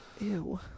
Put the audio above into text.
Ew